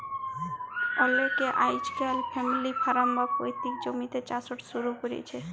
অলেকে আইজকাইল family farm বা পৈত্তিক জমিল্লে চাষট শুরু ক্যরছে